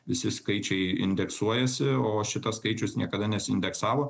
visi skaičiai indeksuojami o šitas skaičius niekada nesiindeksavo